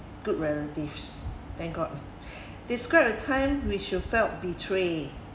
good relatives thank god describe a time which you felt betrayed